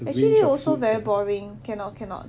actually also very boring cannot cannot